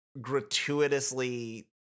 gratuitously